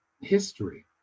history